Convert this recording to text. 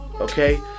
okay